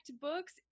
books